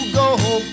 go